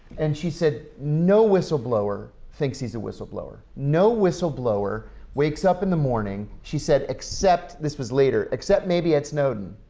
and she said, no whistleblower thinks he's a whistleblower. no whistleblower wakes up in the morning, she said, except this was later except maybe ed snowden.